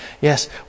Yes